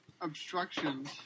obstructions